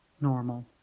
normal